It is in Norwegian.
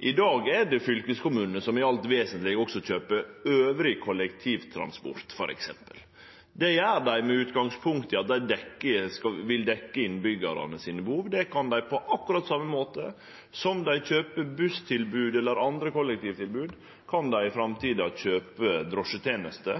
I dag er det fylkeskommunane som i alt vesentleg også kjøper resten av kollektivtransporten, f.eks. Det gjer dei med utgangspunkt i å dekkje behova til innbyggjarane. På akkurat same måte som dei kjøper busstilbod eller andre kollektivtilbod, kan dei i framtida kjøpe drosjetenester